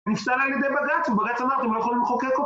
נפסל על ידי בג״ץ ובג"ץ אמרתם לא יכולים לחוקק אותו